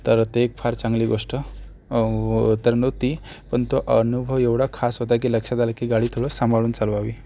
तर ते फार एक चांगली गोष्ट तर नव्हती पण तो अनुभव एवढा खास होता की लक्षात आलं की गाडी थोडं सांभाळून चालवावी